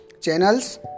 channels